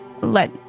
let